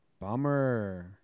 Bummer